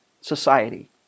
society